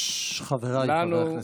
חבריי חברי הכנסת.